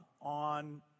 on